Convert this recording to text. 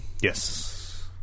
Yes